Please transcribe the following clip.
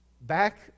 back